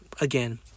again